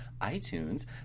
iTunes